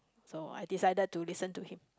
so I decided to listen to him